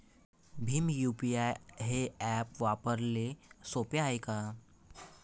Bhim UPI हे app वापराले सोपे हाय का?